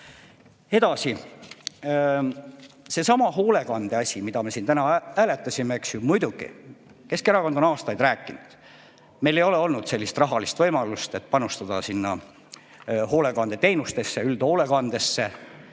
Edasi, seesama hoolekandeasi, mida me siin täna hääletasime, eks ju. Muidugi, Keskerakond on aastaid sellest rääkinud. Meil ei ole olnud sellist rahalist võimalust, et panustada hoolekandeteenustesse, üldhoolekandesse